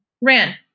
RAN